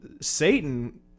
Satan